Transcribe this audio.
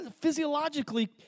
physiologically